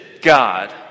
God